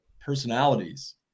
personalities